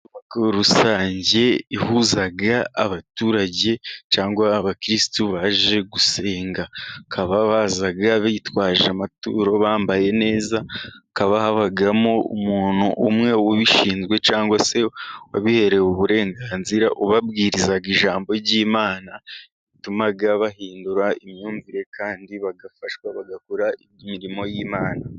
Inteko rusange ihuza abaturage cyangwa abakirisitu baje gusenga, bakaba baza bitwaje amaturo bambaye neza, hakaba habamo umuntu umwe ubishinzwe cyangwa se wabiherewe uburenganzira, ubabwiriza ijambo ry'Imana rituma bahindura imyumvire, kandi bagafashwa bagakora imirimo y'imana.